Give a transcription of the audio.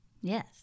Yes